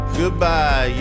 goodbye